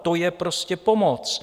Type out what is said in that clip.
To je prostě pomoc!